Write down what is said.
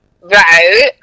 Right